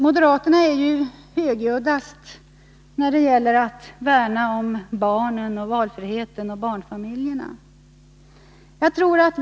Moderaterna är ju mest högljudda när det gäller att värna om barnen, barnfamiljerna och valfriheten.